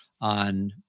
on